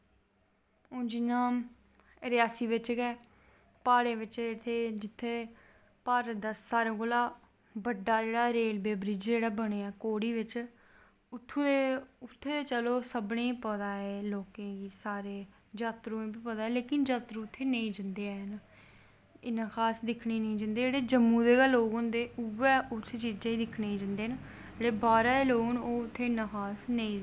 हून रियासी बिच्च गै प्हाड़ै बिच्च इत्थें बारत दा सारें कोला दा बड्डा ब्रिज जेह्ड़ा बनेआ घोह्ड़ी बिच्च उत्थें ते चलो सारें गी पता ऐ लोकें गी जात्तरुएं गी बी पतीा ऐ लेकिन जात्तरू उत्थें नेईं जंदे हैन इन्ना खास दिक्खनें गी नी जंदे जेह्ड़े जम्मू दे गै लोग होंदे उऐ उसी चीजे गी दिक्खनें गी जंदे न जेह्ड़े बाह्रा दे लोग न ओह् खास उत्थें नी जंदे न